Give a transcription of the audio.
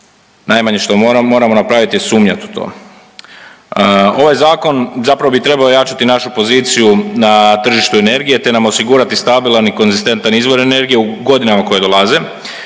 najmanje što moramo, moramo napraviti sumnjati u to. Ovaj Zakon zapravo bi trebao jačati našu poziciju na tržištu energije te nam osigurati stabilan i konzistentan izvor energije u godinama koje dolaze.